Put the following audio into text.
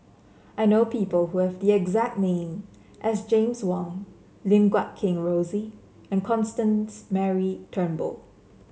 I know people who have the exact name as James Wong Lim Guat Kheng Rosie and Constance Mary Turnbull